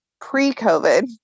pre-COVID